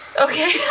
Okay